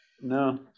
No